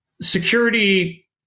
security